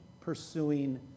pursuing